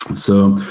so,